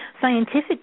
scientific